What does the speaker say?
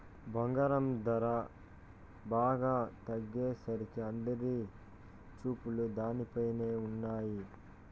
బంగారం ధర బాగా తగ్గేసరికి అందరి చూపులు దానిపైనే ఉన్నయ్యి